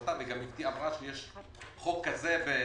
וגם מאי גולן אמרה שיש חוק כזה בסנהדרין,